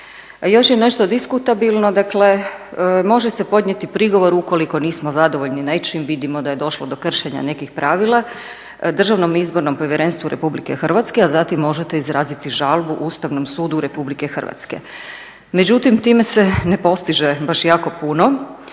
Još je nešto diskutabilno. Dakle, može se podnijeti prigovor ukoliko nismo zadovoljni nečim., vidimo da je došlo do kršenja nekih pravila Državnom izbornom povjerenstvu RH, a zatim možete izraziti žalbu Ustavnom sudu RH. Međutim, time se ne postiže baš jako puno,